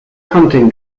hunting